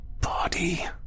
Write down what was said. body